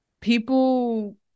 People